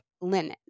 linen